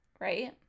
Right